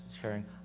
sharing